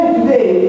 today